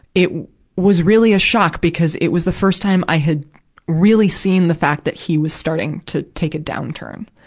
it was really a shock because it was the first time i had really seen that fact that he was starting to take a downturn.